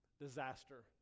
disaster